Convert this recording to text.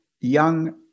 young